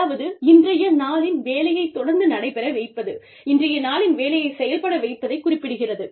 அதாவது இன்றைய நாளின் வேலையைத் தொடர்ந்து நடைபெற வைப்பது இன்றைய நாளின் வேலையைச் செயல்பட வைப்பதைக் குறிப்பிடுகிறது